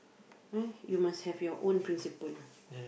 !huh! you must have your own principle